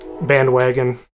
bandwagon